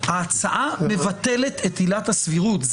ההצעה מבטלת את עילת הסבירות.